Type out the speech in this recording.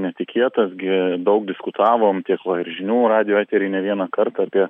netikėtas gi daug diskutavom tiek va ir žinių radijo etery ne vienąkart apie